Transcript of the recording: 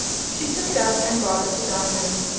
she took it up and brought it to diamond.